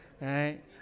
Right